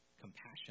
compassion